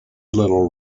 little